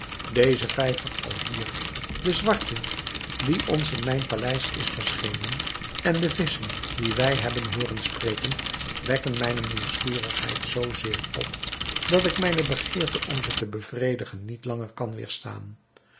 deze vijver alhier de zwarte die ons in mijn paleis is verschenen en de visschen die wij hebben hooren spreken wekken mijne nieuwsgierigheid zoo zeer op dat ik mijne begeerte om ze te bevredigen niet langer kan